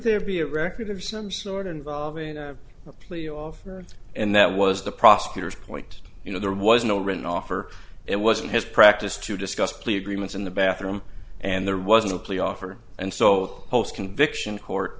there be a record of some sort involving a plea offer and that was the prosecutor's point you know there was no written offer it wasn't his practice to discuss plea agreements in the bathroom and there was no plea offer and so post conviction court